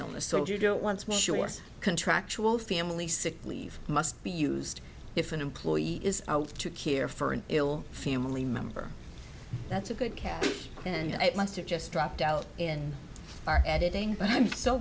illness and you don't want to make sure contractual family sick leave must be used if an employee is out to care for an ill family member that's a good catch and it must've just dropped out in our editing but i'm so